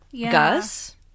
Gus